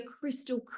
crystal